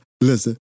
Listen